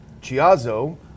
Chiazzo